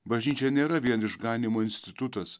bažnyčia nėra vien išganymo institutas